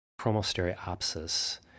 chromostereopsis